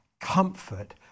comfort